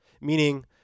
Meaning